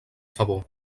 favor